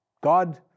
God